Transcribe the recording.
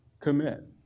commit